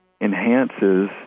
enhances